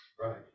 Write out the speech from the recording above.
Right